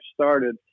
started